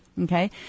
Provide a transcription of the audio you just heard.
Okay